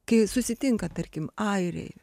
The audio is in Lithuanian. kai susitinka tarkim airiai